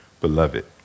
beloved